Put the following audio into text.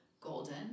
Golden